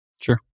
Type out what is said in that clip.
Sure